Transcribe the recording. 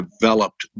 developed